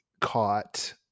caught